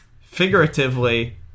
figuratively